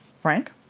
Frank